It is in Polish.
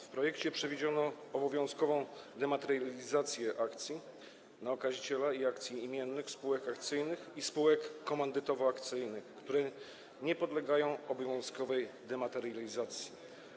W projekcie przewidziano obowiązkową dematerializację akcji na okaziciela i akcji imiennych spółek akcyjnych i spółek komandytowo-akcyjnych, które nie podlegają obowiązkowej dematerializacji.